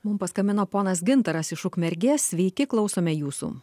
mum paskambino ponas gintaras iš ukmergės sveiki klausome jūsų